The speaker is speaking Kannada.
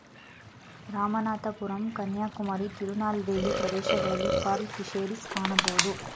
ರಾಮನಾಥಪುರಂ ಕನ್ಯಾಕುಮಾರಿ, ತಿರುನಲ್ವೇಲಿ ಪ್ರದೇಶಗಳಲ್ಲಿ ಪರ್ಲ್ ಫಿಷೇರಿಸ್ ಕಾಣಬೋದು